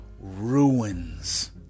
ruins